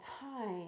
time